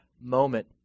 moment